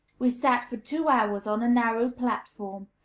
we sat for two hours on a narrow platform,